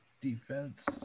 Defense